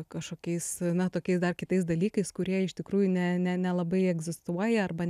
kažkokiais na tokiais dar kitais dalykais kurie iš tikrųjų ne ne nelabai egzistuoja arba